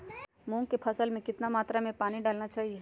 मूंग की फसल में कितना मात्रा में पानी डालना चाहिए?